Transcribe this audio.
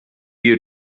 you